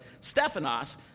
Stephanos